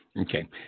Okay